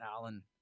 Alan